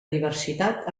diversitat